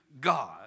God